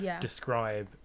describe